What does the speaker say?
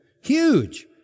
huge